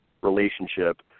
relationship